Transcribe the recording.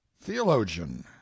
theologian